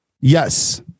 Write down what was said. Yes